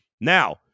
Now